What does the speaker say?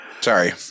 Sorry